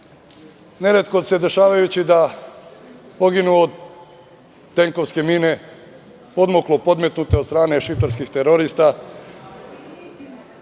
neretko se dešavajući da poginu od tenkovske mine, podmuklo podmetnute od strane šiptarskih terorista.